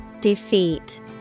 Defeat